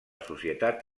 societat